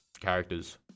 characters